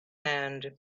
and